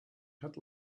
had